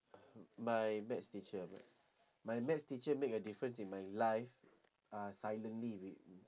my maths teacher my maths teacher make a difference in my life uh silently wi~